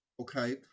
okay